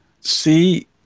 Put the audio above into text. see